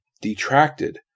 detracted